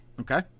Okay